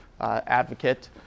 advocate